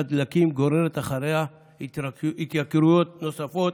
הדלקים גוררת אחריה התייקרויות נוספות,